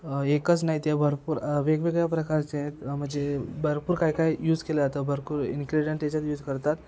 एकच नाही ते भरपूर वेगवेगळ्या प्रकारचे आहेत म्हणजे भरपूर काय काय यूज केलं जातं भरपूर इन्ग्रिडियंट त्याच्यात यूज करतात